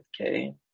okay